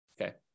Okay